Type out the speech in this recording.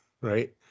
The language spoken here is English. Right